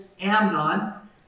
Amnon